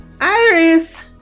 Iris